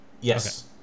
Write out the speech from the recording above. Yes